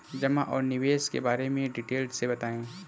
जमा और निवेश के बारे में डिटेल से बताएँ?